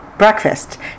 breakfast